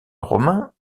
romain